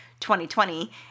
2020